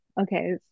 Okay